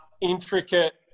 intricate